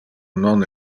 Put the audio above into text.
non